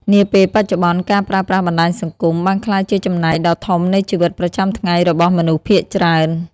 នាពេលបច្ចុប្បន្ន ការប្រើប្រាស់បណ្ដាញសង្គម បានក្លាយជាចំណែកដ៏ធំនៃជីវិតប្រចាំថ្ងៃរបស់មនុស្សភាគច្រើន។